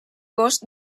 bosc